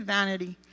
vanity